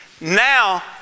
now